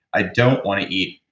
i don't want to eat